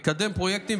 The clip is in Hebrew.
מקדם פרויקטים,